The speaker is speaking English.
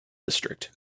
district